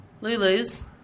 Lulu's